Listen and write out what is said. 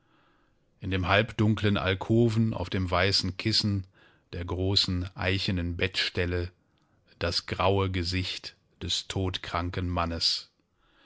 in dem halbdunklen alkoven auf dem weißen kissen der großen eichenen bettstelle das graue gesicht des todkranken mannes